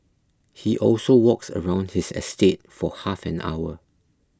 he also walks around his estate for half an hour